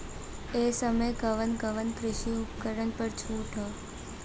ए समय कवन कवन कृषि उपकरण पर छूट ह?